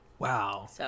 Wow